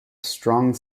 strong